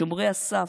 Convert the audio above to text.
שומרי הסף,